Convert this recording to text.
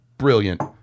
Brilliant